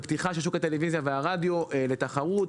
בפתיחה של שוק הטלוויזיה והרדיו לתחרות.